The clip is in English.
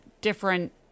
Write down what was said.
different